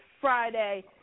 Friday